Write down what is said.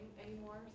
anymore